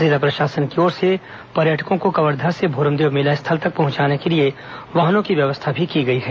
जिला प्रशासन की ओर से पर्यटकों को कवर्धा से भोरमदेव मेला स्थल तक पहुंचाने के लिए वाहनों की व्यवस्था भी की गई है